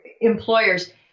employers